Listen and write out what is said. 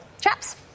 Chaps